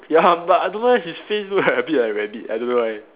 ya but I don't know leh his face look like a bit like a rabbit I don't know why